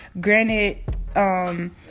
Granted